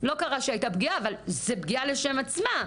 לא קרה שהיית הפגיעה, אבל זה פגיעה בשם עצמה,